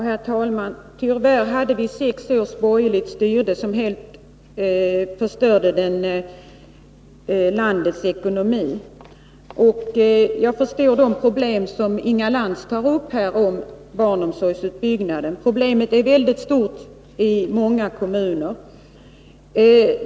Herr talman! Tyvärr hade vi sex års borgerligt styre som helt förstörde landets ekonomi. Jag förstår de problem som Inga Lantz tar upp när det gäller utbyggnaden av barnomsorgen. Problemet är mycket stort i många kommuner.